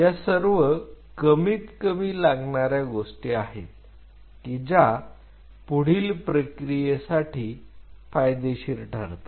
या सर्व कमीतकमी लागणाऱ्या गोष्टी आहेत कि ज्या पुढील प्रक्रियेसाठी फायदेशीर ठरतात